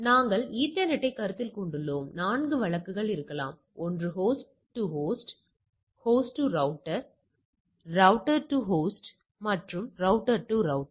நாங்கள் ஈத்தர்நெட்டைக் கருத்தில் கொண்டுள்ளோம் 4 வழக்குகள் இருக்கலாம் ஒன்று host to host host to router router to host மற்றும் ரவுட்டர் டு ரவுட்டர்